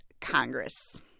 Congress